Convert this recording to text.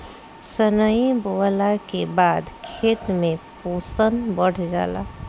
सनइ बोअला के बाद खेत में पोषण बढ़ जाला